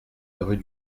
rue